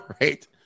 right